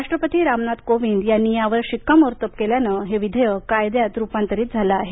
राष्ट्रपती रामनाथ कोविंद यानीही यावर शिक्कामोर्तब केल्यान हे विधेयक कायद्यात रुपातरीत झाल आहे